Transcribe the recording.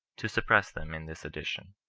to sup press them in this edition.